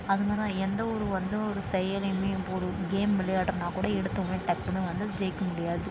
அதனால் தான் எந்த ஒரு வந்து ஒரு செயலையுமே இப்போது ஒரு கேம் விளையாடுறனா கூட எடுத்த உடனே டக்குனு வந்து ஜெயிக்க முடியாது